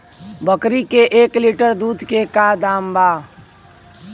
बकरी के एक लीटर दूध के का दाम बा?